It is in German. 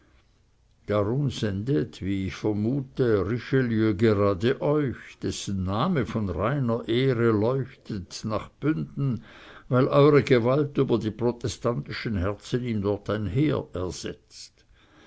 darum sendet wie ich vermute richelieu gerade euch dessen name von reiner ehre leuchtet nach bünden weil eure gewalt über die protestantischen herzen ihm dort ein heer ersetzt